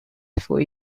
for